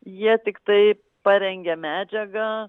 jie tiktai parengia medžiagą